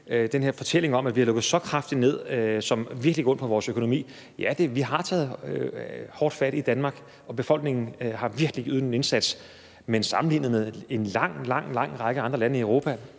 Den her fortælling om, at vi har lukket så kraftigt ned, og at det virkelig gør ondt på vores økonomi. Ja, vi har taget hårdt fat i Danmark, og befolkningen har virkelig ydet en indsats, men sammenlignet med en lang, lang række andre lande i Europa,